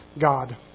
God